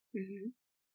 mmhmm